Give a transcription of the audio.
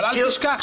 אבל נשכח,